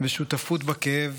ושותפות בכאב